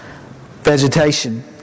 vegetation